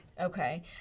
okay